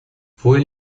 fue